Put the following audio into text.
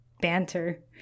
banter